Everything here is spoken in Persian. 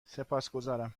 سپاسگزارم